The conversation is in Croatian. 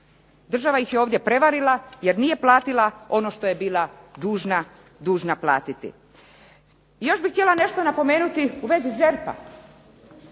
Država ih je ovdje prevarila jer nije platila ono što je bila dužna platiti. Još bih htjela nešto napomenuti u vezi ZERP-a.